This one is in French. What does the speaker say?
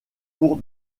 pour